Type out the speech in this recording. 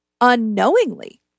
unknowingly